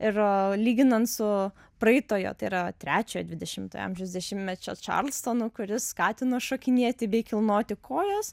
ir lyginant su praeitojo tai yra trečiojo dvidešimtojo amžiaus dešimtmečio čarlstono kuris skatino šokinėti bei kilnoti kojas